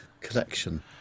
collection